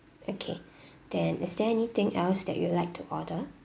okay then is there anything else that you'd like to order